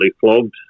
flogged